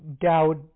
doubt